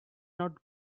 not